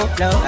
no